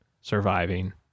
surviving